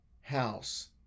house